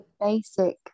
basic